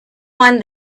won